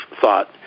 thought